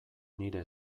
nire